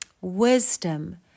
wisdom